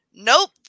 Nope